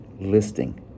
listing